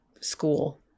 school